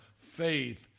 faith